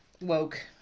woke